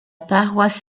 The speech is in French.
paroisse